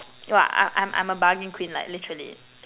!wah! I'm I'm I'm a bargain queen lah literally